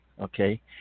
okay